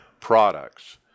products